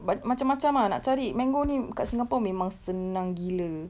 but macam macam ah nak cari mango ini dekat dingapore memang senang gila